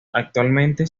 actualmente